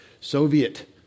Soviet